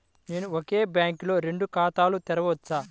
నేను ఒకే బ్యాంకులో రెండు ఖాతాలు తెరవవచ్చా?